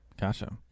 Gotcha